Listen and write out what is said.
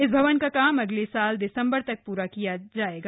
इस भवन का काम अगले साल दिसम्बर तक पूरा कर दिया जायेगा